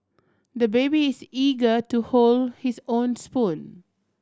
the baby is eager to hold his own spoon